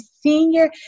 Senior